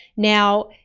now,